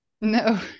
No